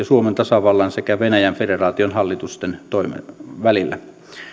suomen tasavallan sekä venäjän federaation hallitusten välillä